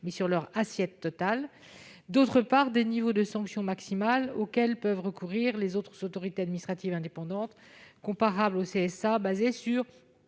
mais sur leur assiette totale -et, d'autre part, des niveaux de sanction maximale auxquels peuvent recourir les autres autorités administratives indépendantes comparables au CSA, fondés sur